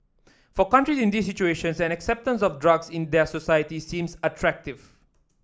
for countries in these situations an acceptance of drugs in their societies seems attractive